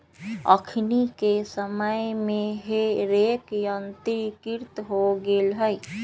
अखनि के समय में हे रेक यंत्रीकृत हो गेल हइ